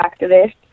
activist